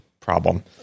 Problem